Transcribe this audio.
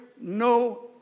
no